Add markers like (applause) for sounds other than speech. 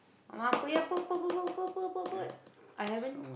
(noise) I haven't